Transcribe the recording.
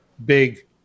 big